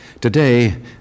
Today